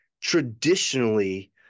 traditionally